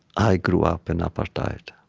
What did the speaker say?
i grew up in apartheid.